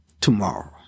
tomorrow